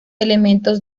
elementos